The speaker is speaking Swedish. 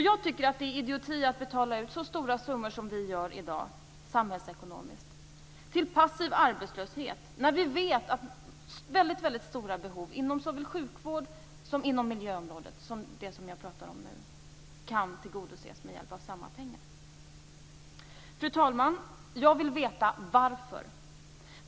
Jag tycker att det är idioti att betala ut så stora summor som vi gör i dag samhällsekonomiskt till passiv arbetslöshet, när vi vet att väldigt stora behov inom såväl sjukvård som miljöområdet, som är det som jag pratar om nu, kan tillgodoses med hjälp av samma pengar. Fru talman! Jag vill veta varför.